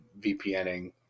VPNing